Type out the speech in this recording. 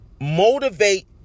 Motivate